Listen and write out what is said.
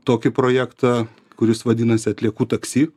tokį projektą kuris vadinasi atliekų taksi